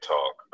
Talk